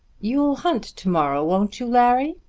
you'll hunt to-morrow, won't you, larry?